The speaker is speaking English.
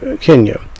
Kenya